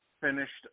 finished